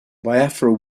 biafra